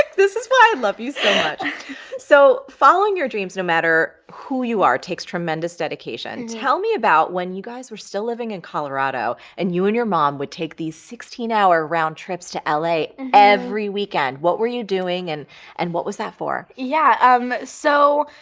this is why i love you so, following your dreams no matter who you are takes tremendous dedication. tell me about when you guys were still living in colorado and you and your mom would take these sixteen hour round trips to l a. every weekend. what were you doing and and what was that for? yeah um so,